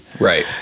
Right